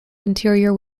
interior